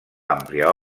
àmplia